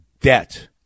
debt